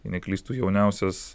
jei neklystu jauniausias